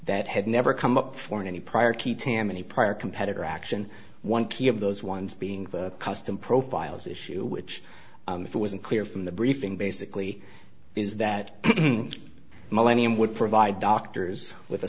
that had never come up for any prior key tammany prior competitor action one key of those ones being the custom profiles issue which was unclear from the briefing basically is that millennium would provide doctors with a